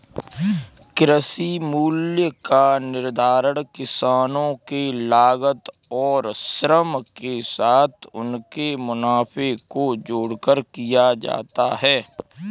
कृषि मूल्य का निर्धारण किसानों के लागत और श्रम के साथ उनके मुनाफे को जोड़कर किया जाता है